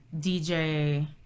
DJ